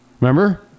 Remember